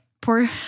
Poor